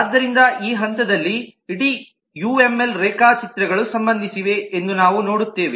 ಆದ್ದರಿಂದ ಈ ಹಂತದಲ್ಲಿ ಇಡೀ ಯುಎಂಎಲ್ ರೇಖಾಚಿತ್ರಗಳು ಸಂಬಂಧಿಸಿವೆ ಎಂದು ನಾವು ನೋಡುತ್ತೇವೆ